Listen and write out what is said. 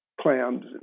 clams